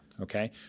Okay